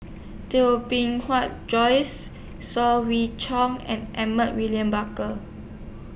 Bee Joyce Saw Swee and Edmund William Barker